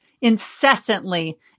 incessantly